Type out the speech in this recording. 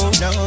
no